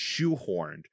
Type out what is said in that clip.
shoehorned